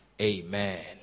amen